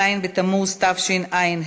ז' בתמוז תשע"ה,